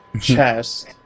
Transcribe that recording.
chest